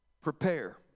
prepare